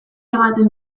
ematen